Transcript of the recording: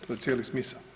To je cijeli smisao.